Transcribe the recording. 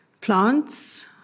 plants